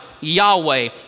Yahweh